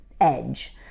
edge